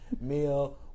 meal